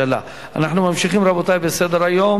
ועדת הכלכלה, ועדת הכלכלה.